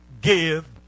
give